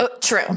True